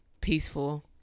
peaceful